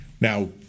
Now